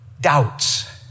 doubts